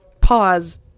Pause